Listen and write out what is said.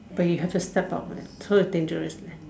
but you have to step up leh cause it's dangerous leh